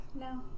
No